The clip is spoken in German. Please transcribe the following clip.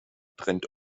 trennt